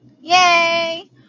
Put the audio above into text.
Yay